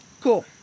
Cool